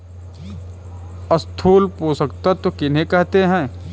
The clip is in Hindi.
स्थूल पोषक तत्व किन्हें कहते हैं?